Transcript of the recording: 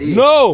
no